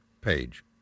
page